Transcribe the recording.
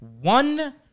One